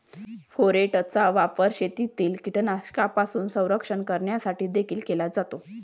फोरेटचा वापर शेतातील कीटकांपासून संरक्षण करण्यासाठी देखील केला जातो